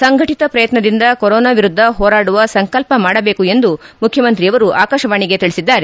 ಸಂಘಟಿತ ಪ್ರಯತ್ನದಿಂದ ಕೊರೊನಾ ವಿರುದ್ದ ಹೋರಾಡುವ ಸಂಕಲ್ಪ ಮಾಡಬೇಕು ಎಂದು ಮುಖ್ಯಮಂತ್ರಿ ಆಕಾಶವಾಣಿಗೆ ತಿಳಿಸಿದ್ದಾರೆ